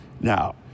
Now